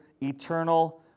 eternal